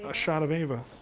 ah shot of ava.